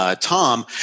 Tom